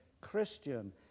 Christian